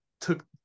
took